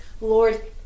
Lord